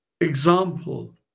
example